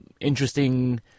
interesting